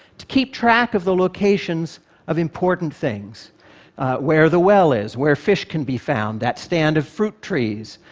to keep track of the locations of important things where the well is, where fish can be found, that stand of fruit trees,